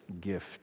gift